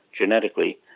genetically